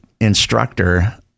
instructor